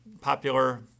popular